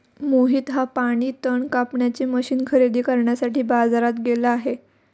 मोहित हा पाणी तण कापण्याचे मशीन खरेदी करण्यासाठी बाजारात गेला